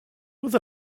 with